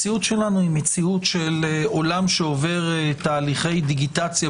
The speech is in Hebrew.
היא מציאות של עולם שעובר תהליכי דיגיטציה,